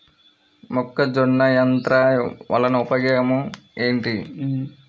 మొక్కజొన్న యంత్రం వలన ఉపయోగము ఏంటి?